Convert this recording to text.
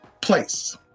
place